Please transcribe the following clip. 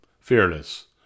fearless